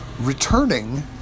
returning